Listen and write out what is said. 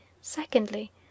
secondly